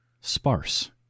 sparse